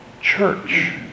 church